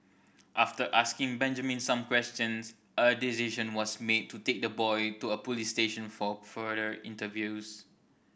after asking Benjamin some questions a decision was made to take the boy to a police station for further interviews